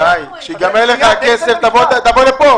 גיא, כשייגמר לך הכסף תבוא לפה.